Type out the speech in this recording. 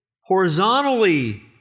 Horizontally